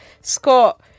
scott